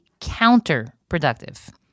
counterproductive